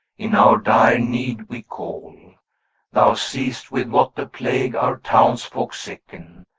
in our dire need we call thou see'st with what a plague our townsfolk sicken.